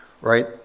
right